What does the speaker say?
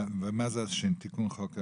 מה זה תיקןו חוק הנכים?